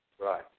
Right